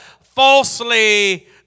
falsely